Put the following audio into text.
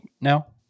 now